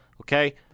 Okay